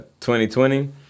2020